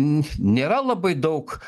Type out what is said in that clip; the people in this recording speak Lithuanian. nėra labai daug